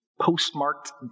postmarked